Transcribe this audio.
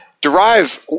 derive